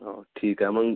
हो ठीक आहे मग